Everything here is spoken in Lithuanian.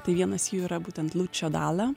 tai vienas jų yra būtent lučio dalia